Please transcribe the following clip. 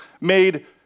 made